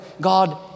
God